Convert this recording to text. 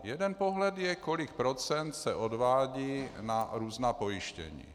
Jeden pohled je, kolik procent se odvádí na různá pojištění.